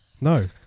No